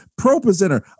ProPresenter